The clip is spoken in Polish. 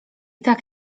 tak